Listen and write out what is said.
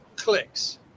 clicks